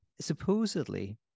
supposedly